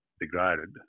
degraded